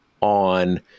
on